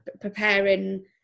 preparing